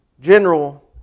General